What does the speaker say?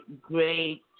great